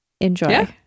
Enjoy